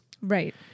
Right